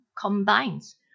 combines